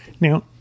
Now